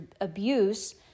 abuse